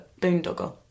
boondoggle